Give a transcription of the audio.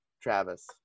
travis